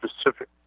specific